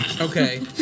Okay